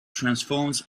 transforms